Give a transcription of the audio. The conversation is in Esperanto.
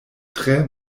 tre